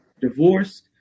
divorced